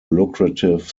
lucrative